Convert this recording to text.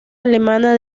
alemana